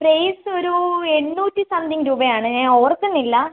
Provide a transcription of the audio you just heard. price ഒരു എണ്ണൂറ്റി something രൂപ ആണ് ഞാൻ ഓർക്കുന്നില്ല